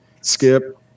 Skip